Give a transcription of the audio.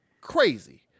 crazy